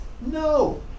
No